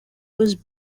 was